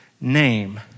name